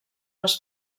les